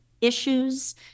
issues